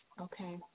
Okay